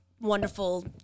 wonderful